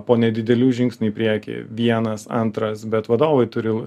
po nedidelių žingsnių į priekį vienas antras bet vadovai turi